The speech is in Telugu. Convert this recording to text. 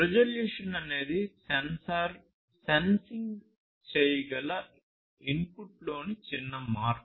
రిజల్యూషన్ అనేది సెన్సార్ సెన్సింగ్ చేయగల ఇన్పుట్లోని చిన్న మార్పు